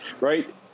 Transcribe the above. right